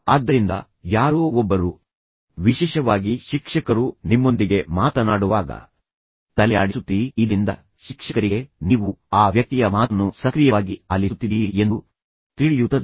ಆದ್ದರಿಂದ ಯಾರೋ ಒಬ್ಬರು ವಿಶೇಷವಾಗಿ ಶಿಕ್ಷಕರು ನಿಮ್ಮೊಂದಿಗೆ ಮಾತನಾಡುವಾಗ ತಲೆಯಾಡಿಸುತ್ತಿರಿ ಇದರಿಂದ ಶಿಕ್ಷಕರಿಗೆ ಸರಿ ನೀವು ಆ ವ್ಯಕ್ತಿಯ ಮಾತನ್ನು ಸಕ್ರಿಯವಾಗಿ ಆಲಿಸುತ್ತಿದ್ದೀರಿ ಎಂದು ತಿಳಿಯುತ್ತದೆ